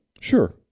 Sure